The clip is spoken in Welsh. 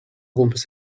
gwmpas